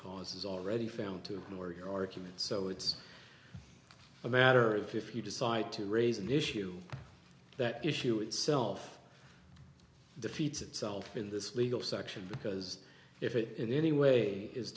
cause is already found to where your argument so it's a matter of if you decide to raise an issue that issue itself defeats itself in this legal section because if it in any way is